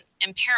impairment